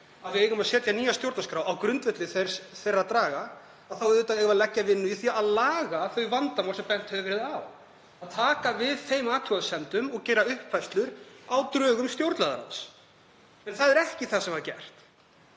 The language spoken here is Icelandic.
að við eigum að setja nýja stjórnarskrá á grundvelli þeirra draga þá eigum við auðvitað að leggja vinnu í því að laga þau vandamál sem bent hefur verið á, taka við þeim athugasemdum og gera uppfærslur á drögum stjórnlagaráðs. En það er ekki það sem var gert.